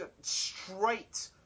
straight